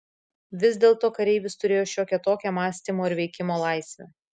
vis dėlto kareivis turėjo šiokią tokią mąstymo ir veikimo laisvę